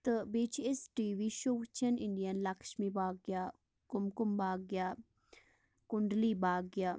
تہٕ بیٚیہِ چھِ أسۍ ٹی وی شوٚو وُچھان انڈین لَکٕشمی بھاگیا کُم کُم بھاگیہ کُنڈلی بھاگیہ